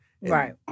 Right